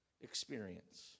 experience